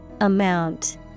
Amount